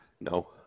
no